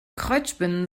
kreuzspinnen